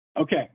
Okay